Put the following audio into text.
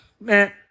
man